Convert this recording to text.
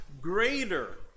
greater